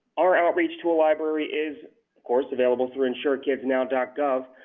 our outreach tool library is, of course, available through insurekidsnow and gov.